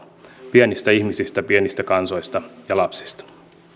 pienistä ihmisistä pienistä kansoista ja lapsista